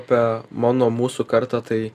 apie mano mūsų kartą tai